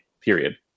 period